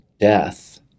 death